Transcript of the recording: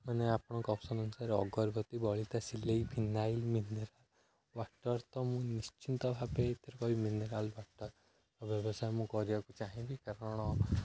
ମାନେ ଆପଣଙ୍କ ଅପ୍ସନ୍ ଅନୁସାରେ ଅଗରବତୀ ବଳିତା ସିଲେଇ ଫିନାଇଲ୍ ମିନେରାଲ୍ ୱାଟର୍ ତ ମୁଁ ନିଶ୍ଚିନ୍ତ ଭାବେ ଏଥିରେ କହିବି ମିନେରାଲ୍ ୱାଟର୍ ବ୍ୟବସାୟ ମୁଁ କରିବାକୁ ଚାହିଁବି କାରଣ